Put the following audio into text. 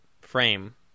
frame